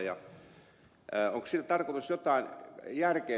ja terveyspuolen osalta